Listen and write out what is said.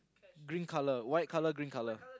green color white color green color